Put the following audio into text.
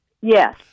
yes